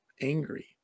angry